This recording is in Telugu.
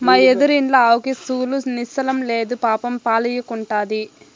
మా ఎదురిండ్ల ఆవుకి చూలు నిల్సడంలేదు పాపం పాలియ్యకుండాది